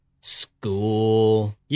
school